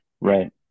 right